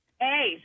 Hey